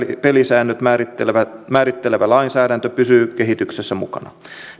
pelisäännöt määrittelevä määrittelevä lainsäädäntö pysyy kehityksessä mukana